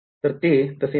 तर ते तसे नाही